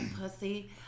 pussy